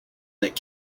that